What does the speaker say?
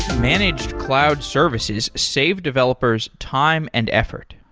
managed cloud services save developers time and effort.